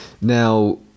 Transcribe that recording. Now